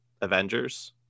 Avengers